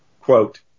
Quote